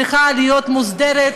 צריכה להיות מוסדרת,